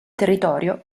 territorio